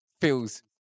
feels